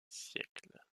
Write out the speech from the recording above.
siècles